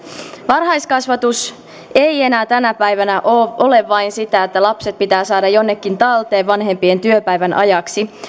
varhaiskasvatus ei enää tänä päivänä ole vain sitä että lapset pitää saada jonnekin talteen vanhempien työpäivän ajaksi